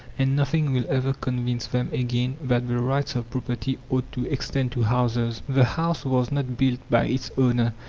and nothing will ever convince them again that the rights of property ought to extend to houses. the house was not built by its owner.